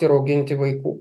ir auginti vaikų